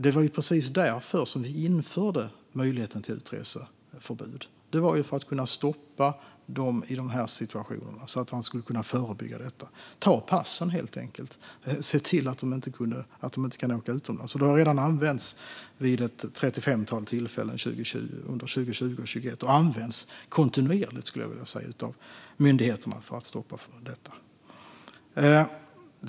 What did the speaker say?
Det var precis därför vi införde möjligheten till utreseförbud - för att kunna stoppa och förebygga sådana situationer och helt enkelt ta passen och se till att man inte kan åka utomlands. Det har redan använts vid ett trettiofemtal tillfällen under 2020 och 2021 och används kontinuerligt av myndigheterna för att stoppa detta.